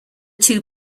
two